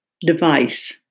device